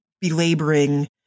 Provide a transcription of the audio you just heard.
belaboring